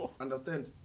Understand